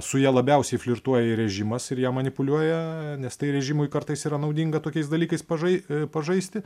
su ja labiausiai flirtuoja ir režimas ir ja manipuliuoja nes tai režimui kartais yra naudinga tokiais dalykais pažai pažaisti